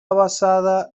basada